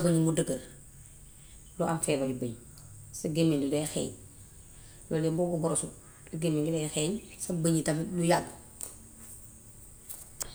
Bëñ bu dëgër doo am feebaru bëñ. Sa gémmañ gi day xeeñ walla boo ko boroosut, sa gémmañ mu ngee xeeñ, sa bëñ yi tam mu yàqu.